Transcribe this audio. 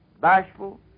bashful